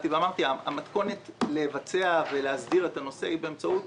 המתכונת לבצע ולהסדיר את הנושא היא באמצעות